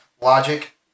logic